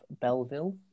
Belleville